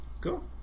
Cool